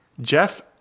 Jeff